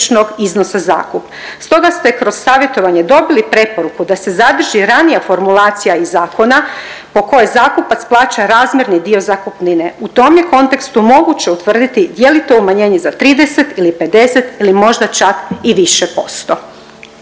iznosa zakupa. Stoga ste kroz savjetovanje dobili preporuku da se zadrži ranija formulacija iz zakona po kojoj zakupac plaća razmjerni dio zakupnine, u tom je kontekstu moguće utvrditi je li to umanjenje za 30 ili 50 ili možda čak i više posto.